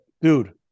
Dude